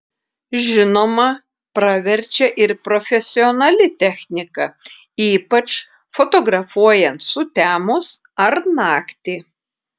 žinoma praverčia ir profesionali technika ypač fotografuojant sutemus ar naktį